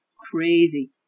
crazy